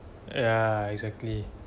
ya exactly